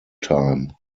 time